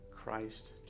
Christ